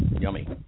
yummy